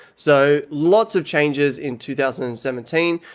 so lots of changes in two thousand and seventeen.